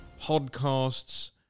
podcasts